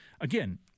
Again